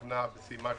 הממונה על שוק ההון,